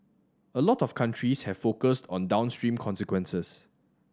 a lot of countries have focused on downstream consequences